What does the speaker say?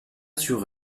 sur